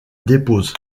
dépose